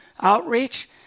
outreach